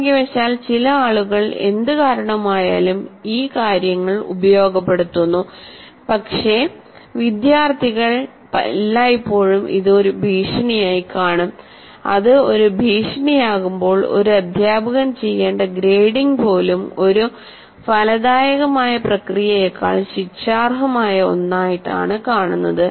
നിർഭാഗ്യവശാൽ ചില ആളുകൾ എന്ത് കാരണമായാലും ഈ കാര്യങ്ങൾ ഉപയോഗപ്പെടുത്തുന്നു പക്ഷേ വിദ്യാർത്ഥികൾ എല്ലായ്പ്പോഴും ഇത് ഒരു ഭീഷണിയായി കാണും അത് ഒരു ഭീഷണിയാകുമ്പോൾ ഒരു അദ്ധ്യാപകൻ ചെയ്യേണ്ട ഗ്രേഡിംഗ് പോലും ഒരു ഫലദായകമായ പ്രക്രിയയേക്കാൾ ശിക്ഷാർഹമായ ഒന്നായിട്ടാണ് കാണുന്നത്